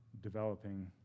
developing